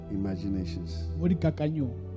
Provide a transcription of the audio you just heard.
imaginations